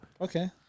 Okay